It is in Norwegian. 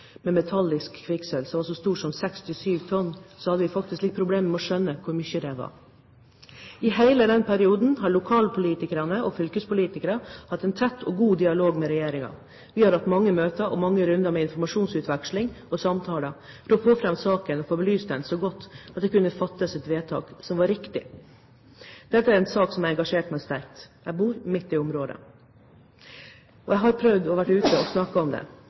med metallisk kvikksølv som var så stor som 67 tonn, hadde vi faktisk litt problemer med å skjønne hvor mye det var. I hele denne perioden har lokalpolitikerne og fylkespolitikerne hatt en tett og god dialog med regjeringen. Vi har hatt mange møter og mange runder med informasjonsutveksling og samtaler for å få fram saken, for å belyse den så godt at det kunne fattes et vedtak som er riktig. Dette er en sak som har engasjert meg sterkt. Jeg bor midt i området, og jeg har prøvd å være ute og snakke om det.